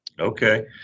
okay